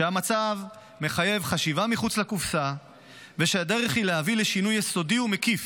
שהמצב מחייב חשיבה מחוץ לקופסה ושהדרך היא להביא לשינוי יסודי ומקיף,